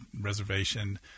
reservation